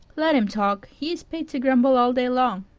let him talk. he is paid to grumble all day long.